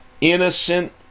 innocent